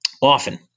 often